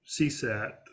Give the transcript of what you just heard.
CSAT